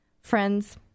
Friends